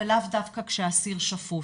ולאו דווקא כשאסיר שפוט.